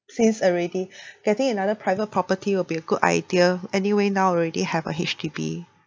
since already getting another private property will be a good idea anyway now already have a H_D_B